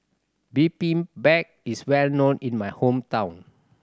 bibimbap is well known in my hometown